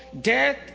death